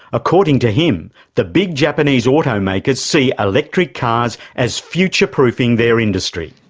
according to him, the big japanese auto makers see electric cars as future-proofing their industry.